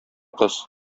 кыз